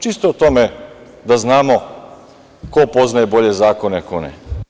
Čisto o tome da znamo ko poznaje bolje zakone, a ko ne.